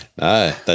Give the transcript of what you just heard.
No